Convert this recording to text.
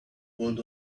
hold